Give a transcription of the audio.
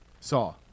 saw